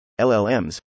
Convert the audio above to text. LLMs